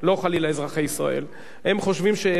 הם חושבים שהם יהיו פה במקום הישראלים.